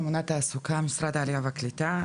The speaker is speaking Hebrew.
ממונת תעסוקה במשרד העלייה והקליטה.